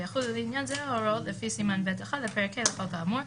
ויחולו לעניין זה ההוראות לפי סימן ב'1 לפרק ה' לחוק האמור,